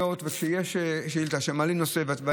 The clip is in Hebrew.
אתה לקחת את הכלי הזה של שאילתות לעבודה.